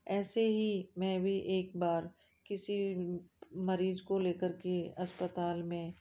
ऐसे ही मैं भी एक बार किसी मरीज़ को ले कर के अस्पताल में